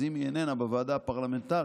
אז אם היא איננה בוועדה הפרלמנטרית,